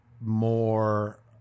more